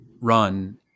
run